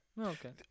Okay